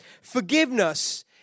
forgiveness